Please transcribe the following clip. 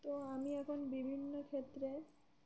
তো আমি এখন বিভিন্ন ক্ষেত্রে